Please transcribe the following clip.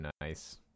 nice